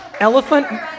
Elephant